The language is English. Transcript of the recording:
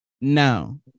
No